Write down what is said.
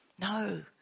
No